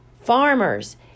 Farmers